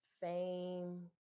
fame